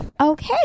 okay